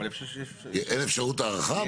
אבל אני חושב שיש אפשרות --- אין אפשרות הארכה?